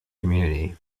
community